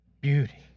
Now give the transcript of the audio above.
beauty